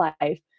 life